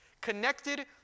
connected